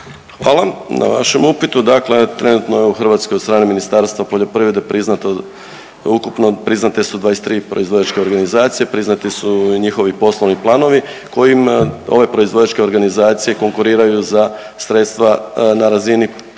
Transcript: Hvala na vašem upitu. Dakle, trenutno je u Hrvatskoj od strane Ministarstva poljoprivrede priznato ukupno priznate su 23 proizvođačke organizacije, priznati su i njihovi poslovni planovi kojim ove proizvođačke organizacije konkuriraju za sredstva na razini aktualnog